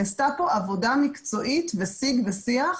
נעשתה פה עבודה מקצועית ושיג ושיח.